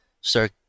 start